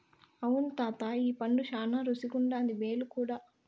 అవును తాతా ఈ పండు శానా రుసిగుండాది, మేలు కూడా